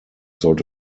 sollte